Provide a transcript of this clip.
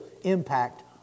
impact